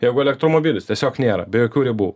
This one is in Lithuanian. jeigu elektromobilis tiesiog nėra be jokių ribų